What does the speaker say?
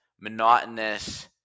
monotonous